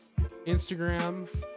Instagram